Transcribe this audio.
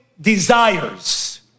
desires